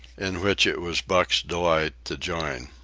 in which it was buck's delight to join.